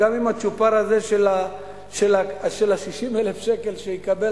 גם עם הצ'ופר הזה של ה-60,000 שקלים שיקבל